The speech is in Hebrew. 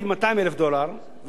ועכשיו היא עולה מיליון דולר,